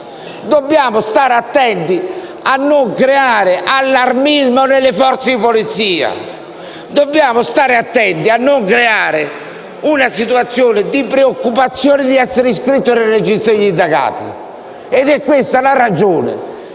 dobbiamo stare attenti a non creare allarmismo nelle forze di polizia, dobbiamo stare attenti a non creare una situazione di preoccupazione di essere iscritti nel registro degli indagati. È questa la ragione